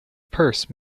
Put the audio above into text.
purse